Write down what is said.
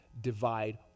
divide